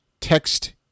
text